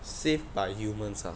saved by humans ah